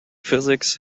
physics